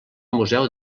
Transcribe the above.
museu